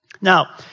Now